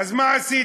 אז מה עשיתי?